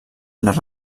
les